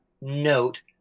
note